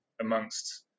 amongst